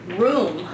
room